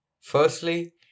Firstly